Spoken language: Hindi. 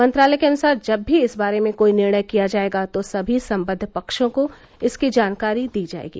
मंत्रालय के अनुसार जब भी इस बारे में कोई निर्णय किया जाएगा तो सभी सम्बद्द पक्षों को इसकी जानकारी दी जाएगी